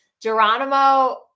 Geronimo